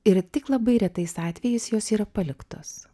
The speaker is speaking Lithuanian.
ir tik labai retais atvejais jos yra paliktos